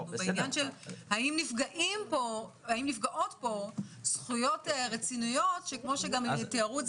אנחנו בעניין השאלה אם נפגעות פה זכויות רציניות שמו שתיארו את זה